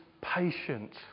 patient